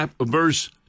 verse